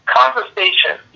conversation